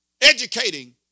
educating